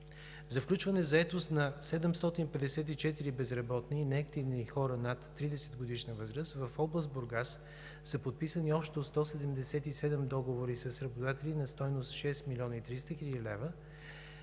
За включване в „Заетост“ на 754 безработни, неактивни хора над 30-годишна възраст, в област Бургас са подписани общо 177 договора с работодатели на стойност – 6 млн. 300 хил. лв.,